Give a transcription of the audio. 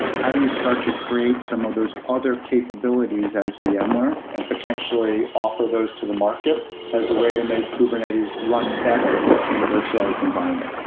how do you start to create some of those other capabilities as yeah vmware and potentially offer those to the market as a way to make kubernetes run better in a virtualized environment?